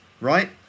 right